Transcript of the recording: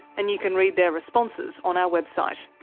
and you can read their responses on our website.